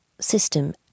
system